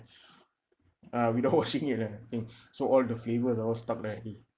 ah without washing it ah I think so all the flavours are all stuck there already